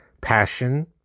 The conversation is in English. passion